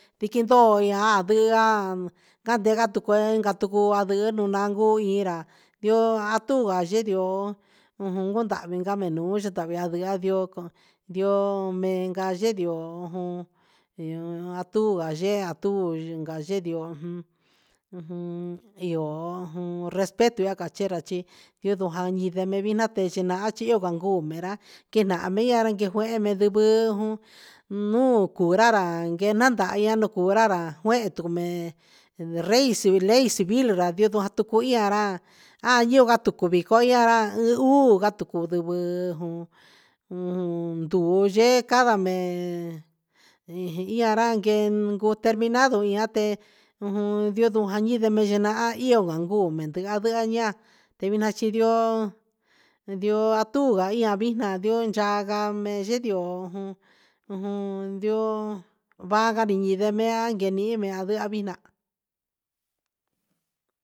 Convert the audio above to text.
Tiqun ndoo iha ndia cati gati nudcuee inca tucu ni nangu tu ii ra ndioo a tu yee ndioo ujun cundahvi game luu chi tanduu ndioo me gan ndioo artu a tu yee ndioo ujun io jun respeto cachi rande rachi iyo nda medina te chenahan chiyo vanguu me ran quenahan mei rangue jeuhe me ndivɨ nuun cuu ra ra guerandahi un cuu ra raa jeuhe tumee reysi leysi civil tucu ia ra a ia tucu vii coo iara uu gatu cuu nduyee cava mee iara gueen te cuu terminado ia te ujun yiudu ja i nde nahan ai guu mente a vehe a guean na chi ndioo ndioo a tuu a ian vi ndioo yaa gaa mee yendio jun ujun va ga cati imea yee mean a ni vea a vii na.